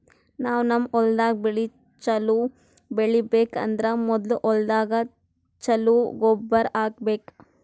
ನಾವ್ ನಮ್ ಹೊಲ್ದಾಗ್ ಬೆಳಿ ಛಲೋ ಬೆಳಿಬೇಕ್ ಅಂದ್ರ ಮೊದ್ಲ ಹೊಲ್ದಾಗ ಛಲೋ ಗೊಬ್ಬರ್ ಹಾಕ್ಬೇಕ್